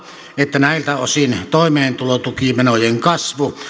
että näiltä osin toimeentulotukimenojen kasvu